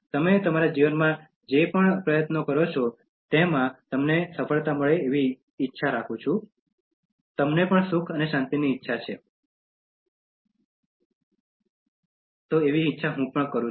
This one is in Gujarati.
તમે તમારા જીવનમાં જે પણ પ્રયત્નો કરો છો તેમાં તમને સફળતાની ઇચ્છા તમને સુખ અને શાંતિ મળે એવી ઇચ્છા પણ રાખું છું